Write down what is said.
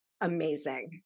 Amazing